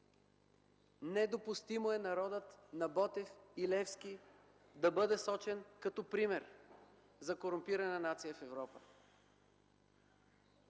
Недопустимо е народът на Ботев и Левски да бъде сочен като пример за корумпирана нация в Европа!